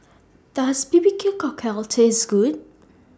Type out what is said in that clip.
Does B B Q Cockle Taste Good